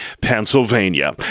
Pennsylvania